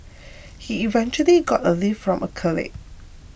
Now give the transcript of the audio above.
he eventually got a lift from a colleague